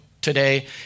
today